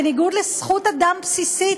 בניגוד לזכות אדם בסיסית,